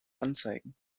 anzeigen